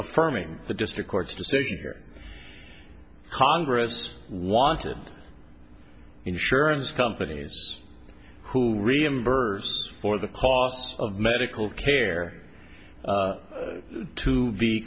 affirming the district court's decision here congress wanted insurance companies who reimburse for the cost of medical care to be